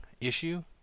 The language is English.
issue